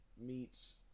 meets